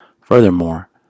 Furthermore